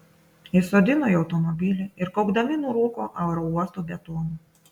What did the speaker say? įsodino į automobilį ir kaukdami nurūko aerouosto betonu